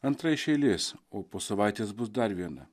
antra iš eilės o po savaitės bus dar viena